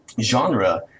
genre